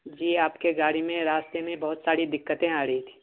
جی آپ کی گاڑی میں راستے میں بہت ساری دقتیں آ رہی تھیں